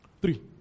Three